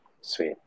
Sweet